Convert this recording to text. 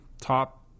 top